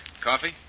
Coffee